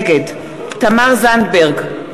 נגד תמר זנדברג,